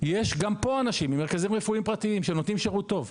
יש גם פה אנשים ממרכזים רפואיים פרטיים שנותנים שירות טוב.